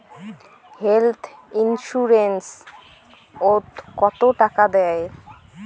Health insurance ওত কত টাকা দেয়?